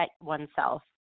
oneself